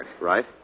Right